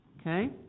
Okay